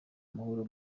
amahoro